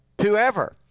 Whoever